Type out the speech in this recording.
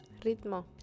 Ritmo